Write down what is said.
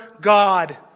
God